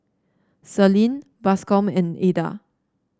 Celine Bascom and Eda